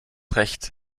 recht